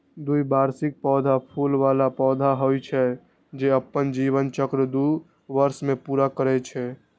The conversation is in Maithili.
द्विवार्षिक पौधा फूल बला पौधा होइ छै, जे अपन जीवन चक्र दू वर्ष मे पूरा करै छै